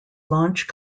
launch